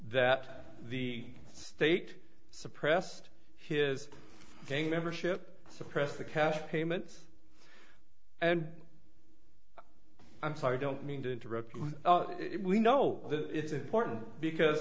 that the state suppressed his gang membership suppress the cash payments and i'm sorry don't mean to interrupt we know it's important because